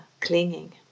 clinging